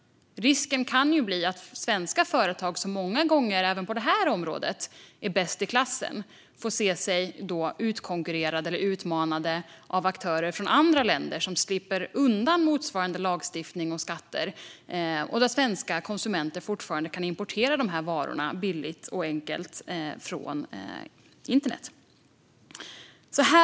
Risken är att svenska företag som många gånger, även på detta område, är bäst i klassen får se sig utkonkurrerade eller utmanade av aktörer från andra länder som slipper undan motsvarande lagstiftning och skatter. Svenska konsumenter kan ju fortfarande importera dessa varor billigt och enkelt via internet. Fru talman!